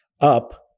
up